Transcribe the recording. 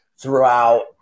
throughout